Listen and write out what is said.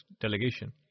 delegation